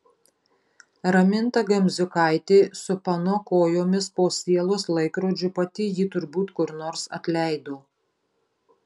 raminta gamziukaitė su pano kojomis po sielos laikrodžiu pati jį turbūt kur nors atleido